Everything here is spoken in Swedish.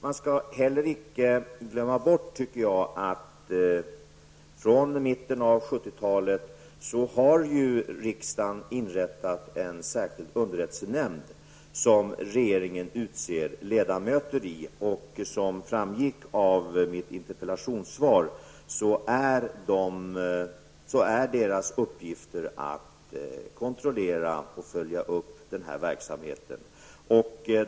Man skall inte heller glömma bort att riksdagen från mitten av 70-talet har inrättat en särskild underrättelsenämnd som regeringen utser ledamöterna i. Deras uppgift är, som framgick av mitt interpellationssvar, att kontrollera och följa upp den här verksamheten.